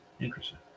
Interesting